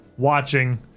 watching